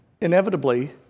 inevitably